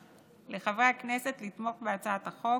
שר הבריאות קורא לחברי הכנסת לתמוך בהצעת החוק